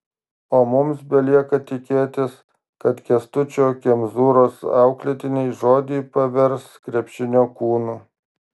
o mums belieka tikėtis kad kęstučio kemzūros auklėtiniai žodį pavers krepšinio kūnu